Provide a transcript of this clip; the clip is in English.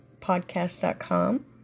podcast.com